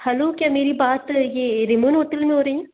hello क्या मेरी बात ये रिमन होटल में हो रही है